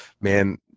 Man